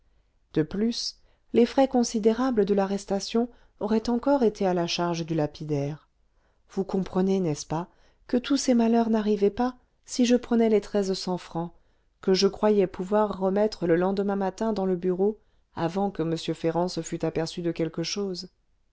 de plus les frais considérables de l'arrestation auraient encore été à la charge du lapidaire vous comprenez n'est-ce pas que tous ces malheurs n'arrivaient pas si je prenais les treize cents francs que je croyais pouvoir remettre le lendemain matin dans le bureau avant que m ferrand se fût aperçu de quelque chose